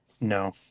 No